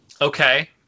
okay